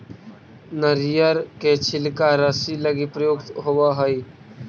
नरियर के छिलका रस्सि लगी प्रयुक्त होवऽ हई